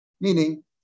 Meaning